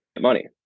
money